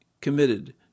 committed